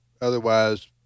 otherwise